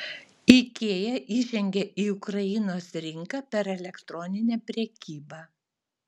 ikea įžengė į ukrainos rinką per elektroninę prekybą